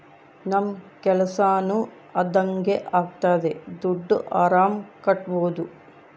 ನಮ್ ಕೆಲ್ಸನೂ ಅದಂಗೆ ಆಗ್ತದೆ ದುಡ್ಡು ಆರಾಮ್ ಕಟ್ಬೋದೂ